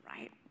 right